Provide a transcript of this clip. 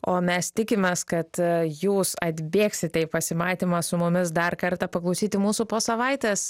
o mes tikimės kad jūs atbėgsite į pasimatymą su mumis dar kartą paklausyti mūsų po savaitės